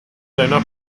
seiner